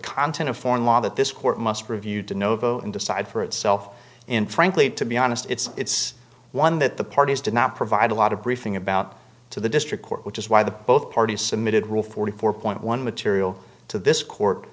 content of foreign law that this court must review de novo and decide for itself and frankly to be honest it's one that the parties did not provide a lot of briefing about to the district court which is why the both parties submitted rule forty four point one material to this court